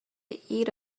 eat